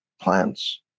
plants